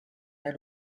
der